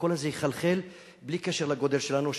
והקול הזה יחלחל בלי קשר לגודל שלנו.